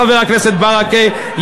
חבר הכנסת ברכה,